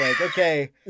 okay